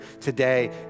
today